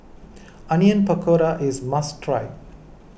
Onion Pakora is a must try